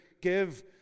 give